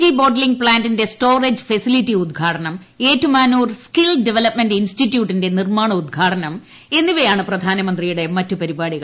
G bottling പ്താന്റിന്റെ storage facility ഉദ്ഘാടനം Ettumanoor skill development ഇൻസ്റ്റിറ്റ്യൂട്ടിന്റെ നിർമ്മാണ ഉദ്ഘാടനം എന്നിവയാണ് പ്രധാനമന്ത്രിയുടെ മറ്റ് പരിപാടികൾ